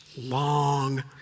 Long